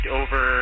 over